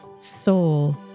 soul